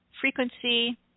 frequency